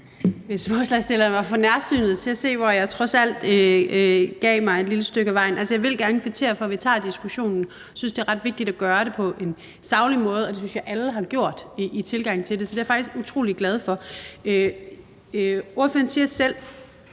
hvis forslagsstilleren var for nærsynet til at se, hvor jeg trods alt gav mig et lille stykke ad vejen. Altså, jeg vil gerne kvittere for, at vi tager diskussionen. Jeg synes, det er ret vigtigt at gøre det på en saglig måde, og det synes jeg alle har gjort i tilgangen til det, så det er jeg faktisk utrolig glad for. Ordføreren siger selv,